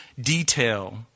detail